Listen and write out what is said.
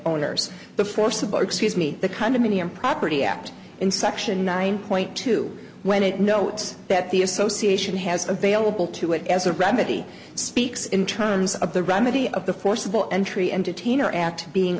owners the forcible excuse me the condominium property act in section nine point two when it notes that the association has available to it as a remedy speaks in terms of the remedy of the forcible entry entertainer act being